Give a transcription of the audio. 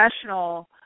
professional